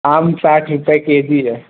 आम साठ रुपये के जी है